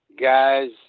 guys